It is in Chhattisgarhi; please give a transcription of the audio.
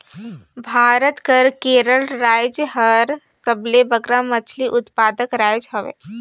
भारत कर केरल राएज हर सबले बगरा मछरी उत्पादक राएज हवे